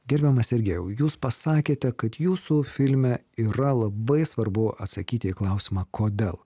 gerbiamas sergejau jūs pasakėte kad jūsų filme yra labai svarbu atsakyti į klausimą kodėl